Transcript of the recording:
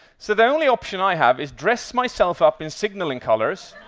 so the only option i have is dress myself up in signalling colours